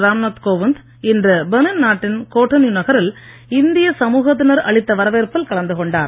ராம்நாத் கோவிந்த் இன்று பெனின் நாட்டின் கோடந்யு நகரில் இந்திய சமூகத்தினர் அளித்த வரவேற்பில் கலந்து கொண்டார்